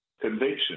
conviction